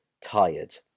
tired